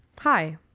hi